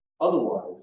Otherwise